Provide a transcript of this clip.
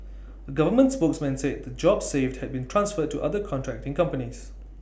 A government spokesman said the jobs saved had been transferred to other contracting companies